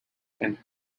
and